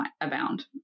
abound